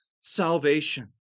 salvation